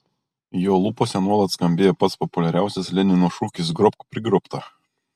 jo lūpose nuolat skambėjo pats populiariausias lenino šūkis grobk prigrobtą